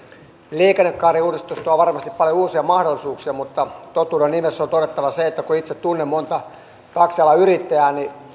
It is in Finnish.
liikennekaariuudistus tuo varmasti paljon uusia mahdollisuuksia mutta totuuden nimissä on todettava se että kun itse tunnen monta taksialan yrittäjää niin